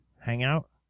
Hangout